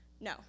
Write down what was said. No